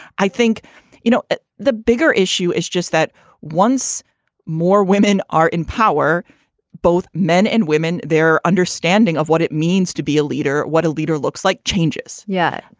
i think you know the bigger issue is just that once more women are in power both men and women their understanding of what it means to be a leader what a leader looks like changes. yeah.